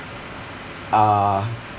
uh